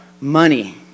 money